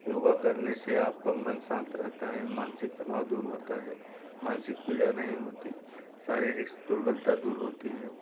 योग करने से आपका मन शांत रहता है मान्सिक तनाव दूर होता है मान्सिक पीड़ा नहीं होती शारीरिक दुर्बलता दूर होती है